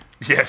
Yes